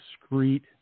discrete